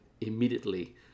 immediately